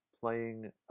playing